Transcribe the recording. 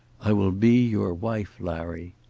i will be your wife, larry.